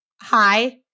hi